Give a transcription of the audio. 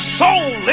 soul